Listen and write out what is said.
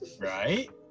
Right